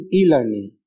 e-learning